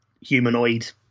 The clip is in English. humanoid